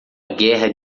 guerra